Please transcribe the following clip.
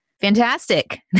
Fantastic